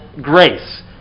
grace